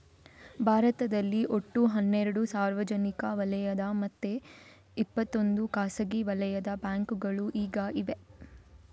ಭಾರತದಲ್ಲಿ ಒಟ್ಟು ಹನ್ನೆರಡು ಸಾರ್ವಜನಿಕ ವಲಯದ ಮತ್ತೆ ಇಪ್ಪತ್ತೊಂದು ಖಾಸಗಿ ವಲಯದ ಬ್ಯಾಂಕುಗಳು ಈಗ ಇವೆ